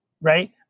Right